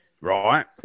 right